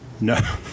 no